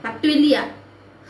பத்து வெள்ளி யா:pathu velli yaa